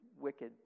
wicked